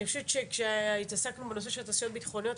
אני חושבת שהתעסקנו בנושא של תעשיות ביטחוניות,